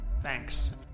Thanks